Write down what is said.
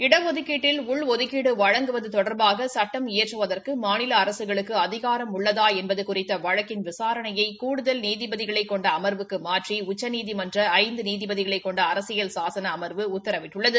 இடஒதுக்கீட்டில் உள்ஒதுக்கீடு வழங்குவது தொடர்பாக சுட்டம் இயற்றுவதற்கு மாநில அரசுகளுக்கு அதிகாரம் உள்ளதா என்பது குறித்த வழக்கின் விசாரணையை கூடுதல் நீதிபதிகளைக் கொண்ட அமா்வுக்கு மாற்றி உச்சநீதிமன்றம் ஐந்து நீதிபதிகளை கொண்ட அரசியல் சாசன அம்பு உத்தரவிட்டுள்ளது